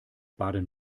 baden